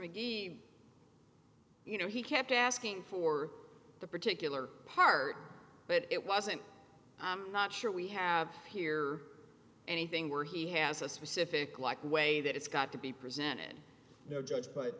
mcgee you know he kept asking for the particular part but it wasn't i'm not sure we have here anything where he has a specific like the way that it's got to be presented no judge but